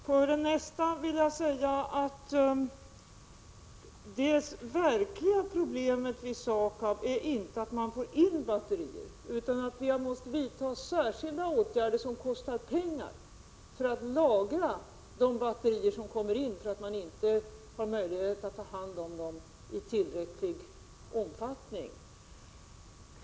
Beträffande nästa fråga vill jag säga att det verkliga problemet vid SAKAB inte är att man får in batterier utan att man har måst vidta särskilda åtgärder som kostar pengar för att lagra de batterier som kommer in, därför att man inte i tillräcklig omfattning har möjlighet att ta hand om dem.